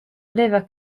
liver